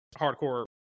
hardcore